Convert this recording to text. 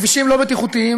הכבישים לא בטיחותיים,